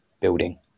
building